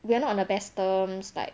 we are not on the best terms like